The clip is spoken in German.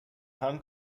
herrn